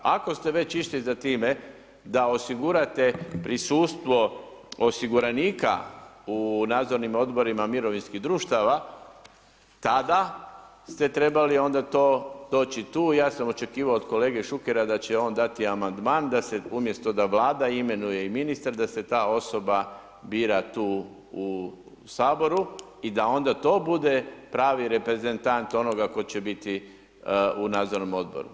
Ako ste već išli za time da osigurate prisustvo osiguranika u nadzornim odborima mirovinskih društava, tada ste trebali onda to, doći tu, ja sam očekivao od kolege Šukera da će on dati amandman, da se umjesto da Vlada imenuje i ministar, da se ta osoba bira tu u Saboru i da onda to bude pravi reprezetant onoga tko će biti u nadzornom odboru.